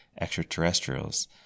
extraterrestrials